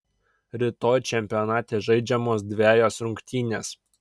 rytoj čempionate žaidžiamos dvejos rungtynės